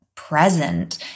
present